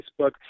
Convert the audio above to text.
Facebook